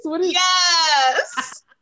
Yes